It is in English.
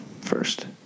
first